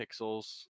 pixels